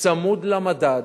צמוד למדד,